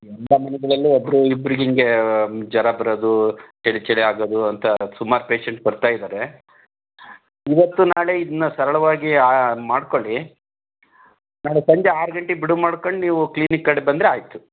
ಎಲ್ಲ ಮನೆಗಳಲ್ಲೂ ಒಬ್ಬರು ಇಬ್ರಿಗೆ ಹೀಗೆ ಜ್ವರ ಬರೋದು ಚಳಿ ಚಳಿ ಆಗೋದು ಅಂತ ಸುಮಾರು ಪೇಶೆಂಟ್ಸ್ ಬರ್ತಾ ಇದ್ದಾರೆ ಇವತ್ತು ನಾಳೆ ಇದನ್ನ ಸರಳವಾಗಿ ಆ ಮಾಡಿಕೊಳ್ಳಿ ನಾಳೆ ಸಂಜೆ ಆರು ಗಂಟೆಗೆ ಬಿಡುವು ಮಾಡ್ಕೊಂಡು ನೀವು ಕ್ಲಿನಿಕ್ ಕಡೆ ಬಂದರೆ ಆಯಿತು